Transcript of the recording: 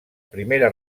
primera